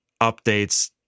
updates